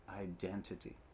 identity